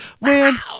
Man